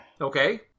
Okay